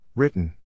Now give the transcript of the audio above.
Written